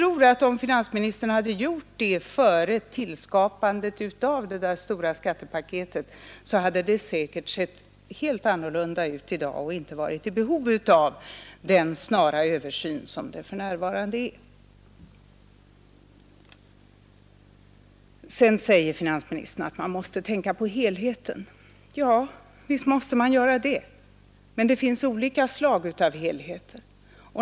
Om finansministern hade gjort det före tillskapandet av det stora skattepaketet, hade det säkert sett helt annorlunda ut i dag och inte varit i behov av den snara översyn som det för närvarande är. Vidare säger finansministern, att man måste tänka på helheten. MVsst måste man göra det, men det finns olika slag av helheter.